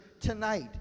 tonight